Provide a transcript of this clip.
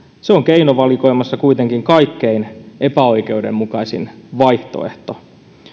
on keinovalikoimassa kuitenkin kaikkein epäoikeudenmukaisin vaihtoehto